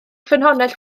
ffynhonnell